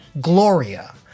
Gloria